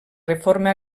reforma